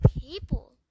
people